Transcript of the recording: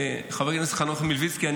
חבר הכנסת חנוך מלביצקי,